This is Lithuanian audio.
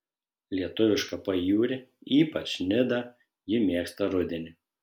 lietuvišką pajūrį ypač nidą ji mėgsta rudenį